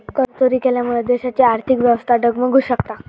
करचोरी केल्यामुळा देशाची आर्थिक व्यवस्था डगमगु शकता